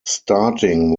starting